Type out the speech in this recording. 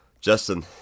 Justin